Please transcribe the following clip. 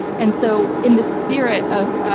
and so in the spirit of